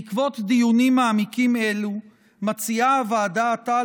בעקבות דיונים מעמיקים אלו מציעה הוועדה עתה